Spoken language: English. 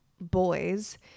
boys